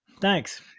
Thanks